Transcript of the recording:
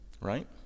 right